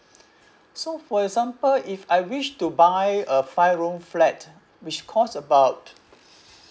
so for example if I wish to buy a five room flat which cost about